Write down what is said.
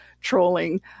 trolling